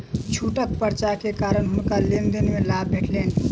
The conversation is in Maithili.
छूटक पर्चा के कारण हुनका लेन देन में लाभ भेटलैन